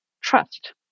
trust